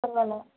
பரவாயில்ல